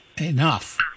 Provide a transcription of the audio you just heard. enough